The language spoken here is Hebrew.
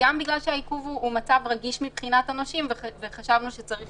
וגם בגלל שהעיכוב הוא מצב רגיש מבחינת הנושים וחשבנו שצריך